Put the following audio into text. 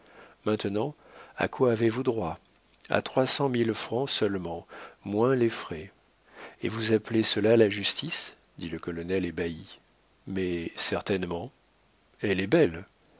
maintenant à quoi avez-vous droit à trois cent mille francs seulement moins les frais et vous appelez cela la justice dit le colonel ébahi mais certainement elle est belle